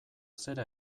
zera